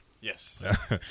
Yes